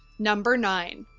number nine,